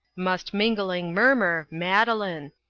must mingling murmur, madeline.